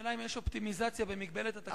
השאלה אם יש אופטימיזציה במגבלת התקציב.